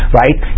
right